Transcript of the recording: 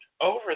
over